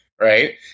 right